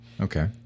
okay